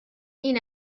این